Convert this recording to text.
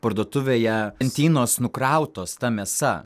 parduotuvėje lentynos nukrautos ta mėsa